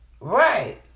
Right